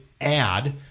add